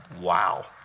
Wow